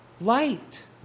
light